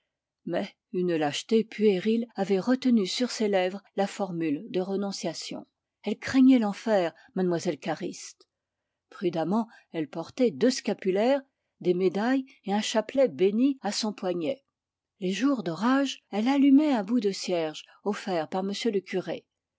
mais une lâcheté puérile avait retenu sur ses lèvres la formule de renonciation elle craignait l'enfer m lle cariste prudemment elle portait deux scapulaires des médailles et un chapelet bénit à son poignet les jours d'orage elle allumait un bout de cierge offert par m le curé